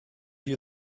you